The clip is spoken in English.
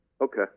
Okay